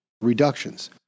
reductions